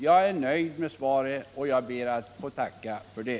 Jag är nöjd med svaret och jag ber att få tacka för det.